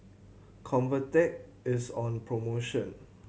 Convatec is on promotion